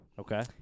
Okay